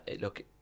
look